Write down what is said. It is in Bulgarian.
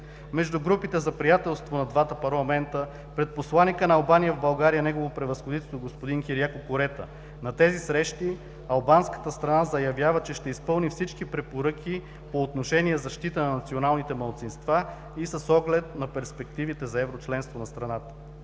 между групите за приятелство на двата парламента; пред посланика на Албания в България негово превъзходителство господин Кирияко Курета. На тези срещи албанската страна заявява, че ще изпълни всички препоръки по отношение защитата на националните малцинства и с оглед на перспективите за еврочленство на страната.